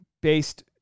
based